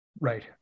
Right